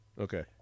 Okay